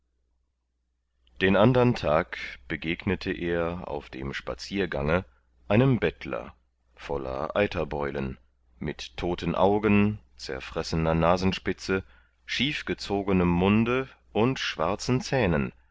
den andern tag begegnete er auf dem spaziergange einem bettler voller eiterbeulen mit todten augen zerfressener nasenspitze schief gezogenem munde und schwarzen zähnen